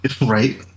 Right